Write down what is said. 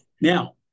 Now